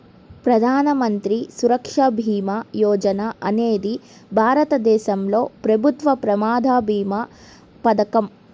ప్రధాన మంత్రి సురక్ష భీమా యోజన అనేది భారతదేశంలో ప్రభుత్వ ప్రమాద భీమా పథకం